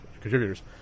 contributors